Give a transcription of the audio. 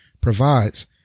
provides